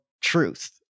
Truth